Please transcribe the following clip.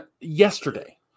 Yesterday